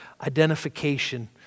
identification